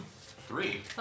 Three